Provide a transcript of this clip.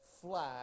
flag